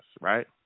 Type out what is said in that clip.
right